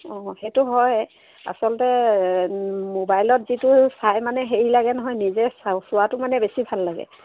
অঁ সেইটো হয় আচলতে মোবাইলত যিটো চাই মানে হেৰি লাগে নহয় নিজে চাই চোৱাটো মানে বেছি ভাল লাগে